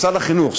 משרד החינוך,